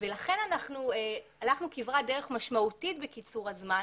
לכן הלכנו כברת דרך משמעותית בקיצור הזמן.